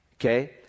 Okay